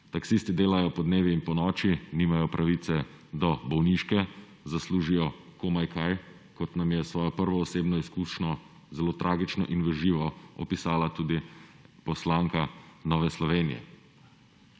Taksisti delajo po dnevi in ponoči, nimajo pravice do bolniške, zaslužijo komaj kaj, kot nam je svojo prvo osebno izkušnjo zelo tragično in v živo opisala tudi poslanka Nove Slovenije.